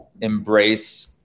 embrace